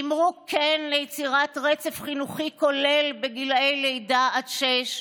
אמרו כן ליצירת רצף חינוכי כולל מגיל לידה עד גיל שש,